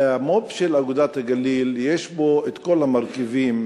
המו"פ של "אגודת הגליל" יש בו כל המרכיבים,